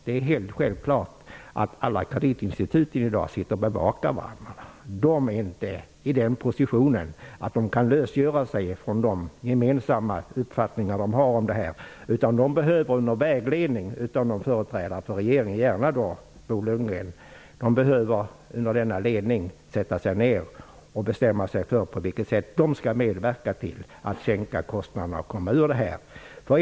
Det är ju helt självklart att alla kreditinstitut i dag sitter och bevakar varandra. De befinner sig inte i den postitionen att de kan lösgöra sig ifrån de gemensamma uppfattningar som finns om detta. De behöver vägledning av någon företrädare för regeringen, gärna Bo Lundgren. Under en sådan ledning behöver de sätta sig ned och bestämma sig för på vilket sätt de skall medverka till att sänka kostnaderna och komma ut ur den rådande situationen.